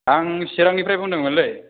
आं चिरांनिफ्राय बुंदोंमोनलै